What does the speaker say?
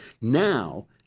now